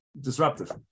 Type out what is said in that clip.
disruptive